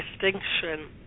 distinction